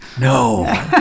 No